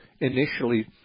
initially